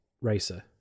racer